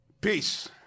Peace